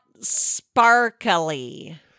sparkly